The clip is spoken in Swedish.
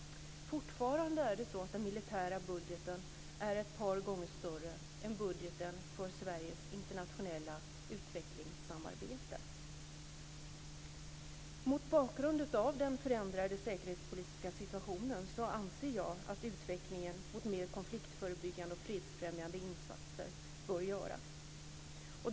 Fortfarande är den militära budgeten ett par gånger större än budgeten för Sveriges internationella utvecklingssamarbete. Mot bakgrund av den förändrade säkerhetspolitiska situationen anser jag att utvecklingen bör gå mot mer konfliktförebyggande och att fredsfrämjande insatser bör göras.